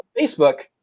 Facebook